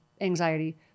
anxiety